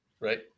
Right